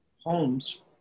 homes